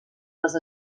les